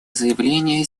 заявлений